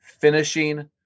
finishing